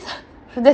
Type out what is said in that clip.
there's